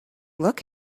look